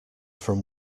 from